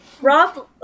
Rob